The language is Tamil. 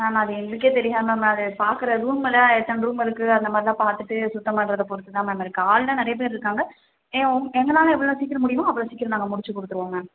மேம் அது எங்களுக்கே தெரியாது மேம் அது பார்க்குற ரூம் எல்லாம் எத்தனை ரூம் இருக்கு அந்தமாதிரிலாம் பார்த்துட்டு சுத்தம் பண்ணுறத பொறுத்து தான் மேம் இருக்கு ஆள் எல்லாம் நிறைய பேர் இருக்காங்க ஏன் எங்களால் எவ்வளோ சீக்கிரம் முடியுமோ அவ்வளோ சீக்கிரம் நாங்கள் முடிச்சு கொடுத்துருவோம் மேம்